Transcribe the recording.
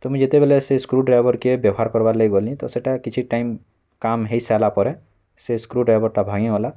ତ ମୁଁଇ ଯେତେବେଲେ ସେଇ ସ୍କୃ ଡ଼୍ରାଇଭର୍କେ ବେବ୍ୟହାର୍ କରବାର୍ ଲାଗି ଗଲି ତ ସେଟା କିଛି ଟାଇମ୍ କାମ୍ ହେଇସାଇଲା ପରେ ସେ ସ୍କୃ ଡ଼୍ରାଇଭର୍ଟା ଭାଙ୍ଗିଗଲା